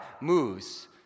moves